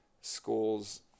schools